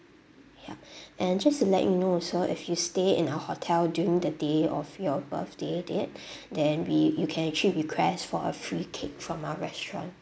ya and just to let you know also if you stay in our hotel during the day of your birthday date then we you can actually request for a free cake from our restaurant